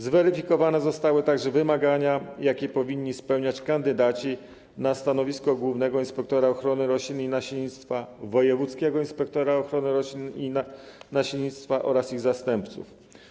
Zweryfikowane zostały także wymagania, jakie powinni spełniać kandydaci na stanowisko głównego inspektora ochrony roślin i nasiennictwa, wojewódzkiego inspektora ochrony roślin i nasiennictwa oraz ich zastępców.